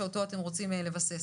שאותו אתם רוצים לבסס,